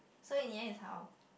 so in the end is how